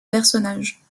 personnage